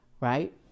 Right